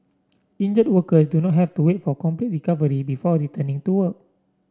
injured workers do not have to wait for complete recovery before returning to work